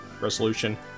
resolution